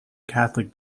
catholic